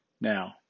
Now